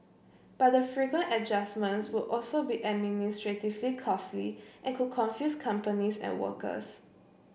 but the frequent adjustments would also be administratively costly and could confuse companies and workers